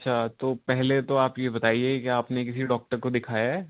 اچھا تو پہلے تو آپ یہ بتائیے کہ آپ نے کسی ڈاکٹر کو دکھایا ہے